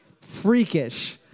freakish